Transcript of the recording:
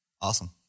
awesome